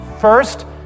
First